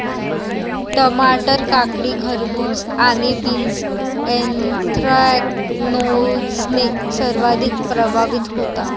टमाटर, काकडी, खरबूज आणि बीन्स ऍन्थ्रॅकनोजने सर्वाधिक प्रभावित होतात